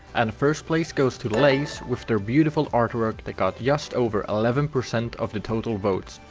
and first place goes to leissss with their beautiful artwork that got just over eleven percent of the total votes.